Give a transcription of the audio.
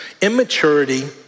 immaturity